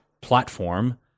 platform